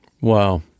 Wow